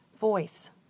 voice